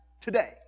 today